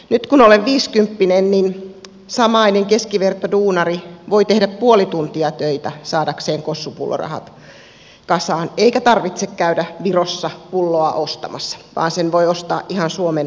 nyt kun olen viiskymppinen niin samainen keskivertoduunari voi tehdä puoli tuntia töitä saadakseen kossupullorahat kasaan eikä tarvitse käydä virossa pulloa ostamassa vaan sen voi ostaa ihan suomen alkosta